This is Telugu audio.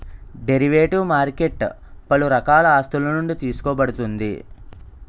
డెరివేటివ్ మార్కెట్ పలు రకాల ఆస్తులునుండి తీసుకోబడుతుంది